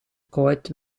court